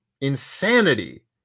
insanity